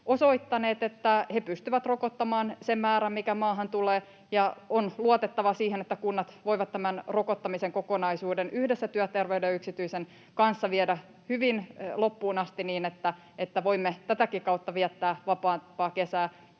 osoittaneet, että he pystyvät rokottamaan sen määrän, mikä maahan tulee, ja on luotettava siihen, että kunnat voivat tämän rokottamisen kokonaisuuden yhdessä työterveyden ja yksityisen kanssa viedä hyvin loppuun asti niin, että voimme tätäkin kautta viettää vapaampaa kesää.